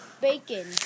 bacon